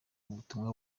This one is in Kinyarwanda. ubutumwa